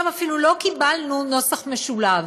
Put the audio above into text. אפילו לא קיבלנו נוסח משולב,